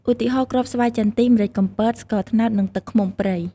ឧទាហរណ៍ គ្រាប់ស្វាយចន្ទី , ម្រេចកំពត, ស្ករត្នោត និងទឹកឃ្មុំព្រៃ ។